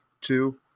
two